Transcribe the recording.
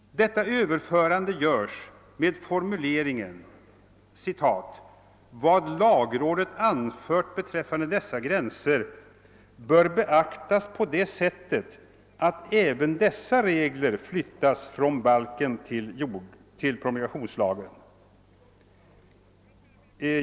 Detta överförande görs med formuleringen att vad lagrådet anfört beträffande dessa gränser »bör beaktas på det sättet, att även dessa regler flyttas från balken till promulgationslagen«.